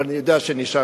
אבל אני יודע שנשארת,